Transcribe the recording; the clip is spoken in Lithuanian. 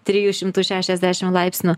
trijų šimtų šešiasdešim laipsnių